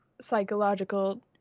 psychological